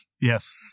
Yes